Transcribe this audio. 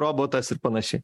robotas ir panašiai